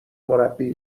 مربی